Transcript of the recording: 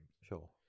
Sure